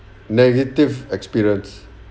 negative experience